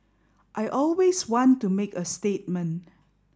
I always want to make a statement